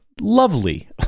lovely